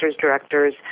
directors